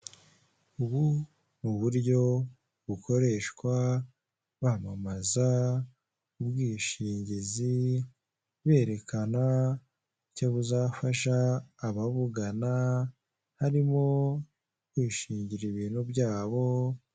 Ubu ni buryo bukoreshwa bamamaza ubwishingizi berekana icyo buzafasha ababugana harimo kwishingira ibintu byabo.